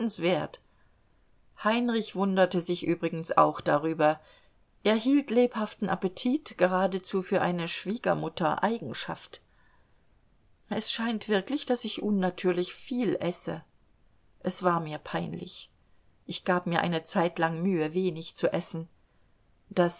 heinrich wunderte sich übrigens auch darüber er hielt lebhaften appetit geradezu für eine schwiegermuttereigenschaft es scheint wirklich daß ich unnatürlich viel esse es war mir peinlich ich gab mir eine zeit lang mühe wenig zu essen das